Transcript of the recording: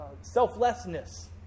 selflessness